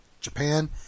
Japan